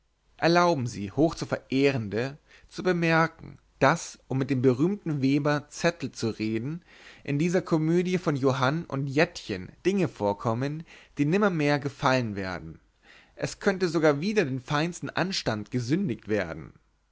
erlauben sie hochzuverehrende zu bemerken daß um mit dem berühmten weber zettel zu reden in dieser komödie von johann und jettchen dinge vorkommen die nimmermehr gefallen werden es könnte sogar wider den feinsten anstand gesündigt werden